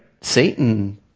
Satan